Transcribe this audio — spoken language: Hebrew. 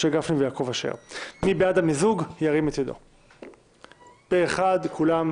משה גפנים ויעקב אשר יש בקשה לתוספת לסדר היום של יושב-ראש ועדת חוקה,